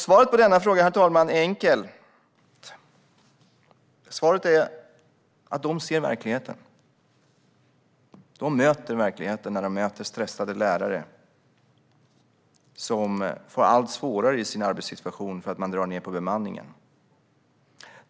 Svaret är enkelt: De ser verkligheten. De möter verkligheten när de möter stressade lärare som får allt svårare i sin arbetssituation för att det dras ned på bemanningen.